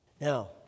Now